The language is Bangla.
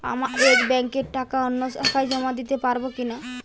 আমার এক ব্যাঙ্কের টাকা অন্য শাখায় জমা দিতে পারব কি?